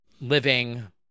living